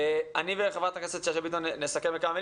אני וחברת הכנסת שאשא ביטון נסכם בכמה מילים